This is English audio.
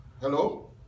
Hello